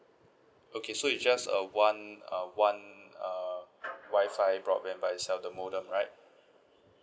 okay so it's just a one uh one uh Wi-Fi broadband by itself the modem right